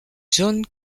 john